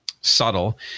subtle